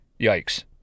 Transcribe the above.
yikes